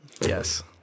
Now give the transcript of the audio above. Yes